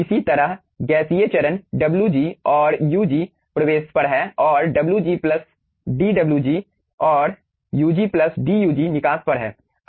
इसी तरह गैसीय चरण wg और ug प्रवेश पर है और wg dwg और ug dug निकास पर है